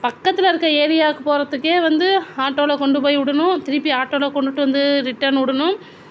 பக்கத்தில் இருக்கிற ஏரியாவுக்கு போறத்துக்கே வந்து ஆட்டோவில கொண்டு போய் விடணும் திருப்பி ஆட்டோவில கொண்டுட்டு வந்து ரிட்டன் விடணும்